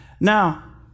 Now